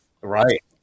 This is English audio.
right